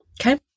Okay